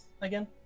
again